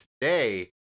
today